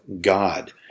God